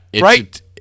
right